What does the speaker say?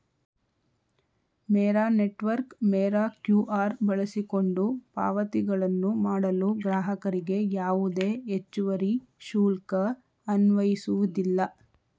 ಮೇರಾ network ಮೇರಾ QR ಬಳಸಿಕೊಂಡು ಪಾವತಿಗಳನ್ನು ಮಾಡಲು ಗ್ರಾಹಕರಿಗೆ ಯಾವುದೇ ಹೆಚ್ಚುವರಿ ಶುಲ್ಕ ಅನ್ವಯಿಸುವುದಿಲ್ಲ